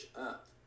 up